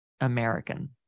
American